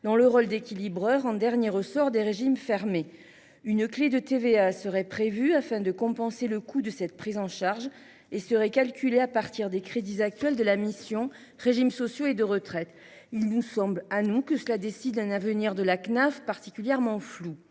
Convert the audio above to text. l’État pour équilibrer en dernier ressort les régimes fermés. Une clé de TVA serait prévue afin de compenser le coût de cette prise en charge ; elle serait calculée à partir des crédits actuels de la mission « Régimes sociaux et de retraite ». Il nous semble que cela dessine un avenir particulièrement flou